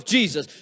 Jesus